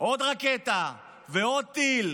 עוד רקטה ועוד טיל,